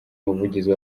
umuvugizi